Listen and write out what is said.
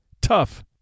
Tough